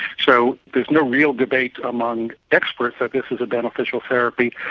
so there's no real debate among experts that this is a beneficial therapy,